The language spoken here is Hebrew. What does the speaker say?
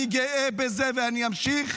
אני גאה בזה ואני אמשיך